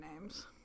names